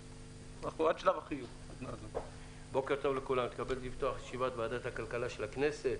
לפתוח את ישיבת ועדת הכלכלה של הכנסת,